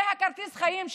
זה כרטיס החיים שלהם.